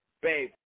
babe